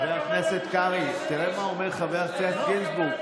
חבר הכנסת קרעי, תראה מה אומר חבר הכנסת גינזבורג.